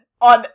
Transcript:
on